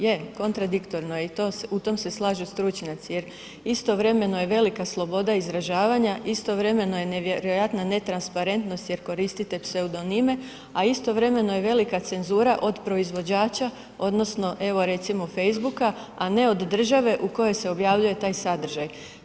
Je, kontradiktorno je i u tom se slažu stručnjaci jer istovremeno je velika sloboda izražavanja, istovremeno je nevjerojatna netransparentnost jer koristite pseudonime, a istovremeno je velika cenzura od proizvođača odnosno, evo, recimo, Facebooka, a ne od države u kojoj se objavljuje taj sadržaj.